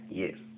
yes